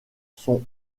sont